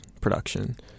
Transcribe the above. Production